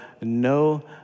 no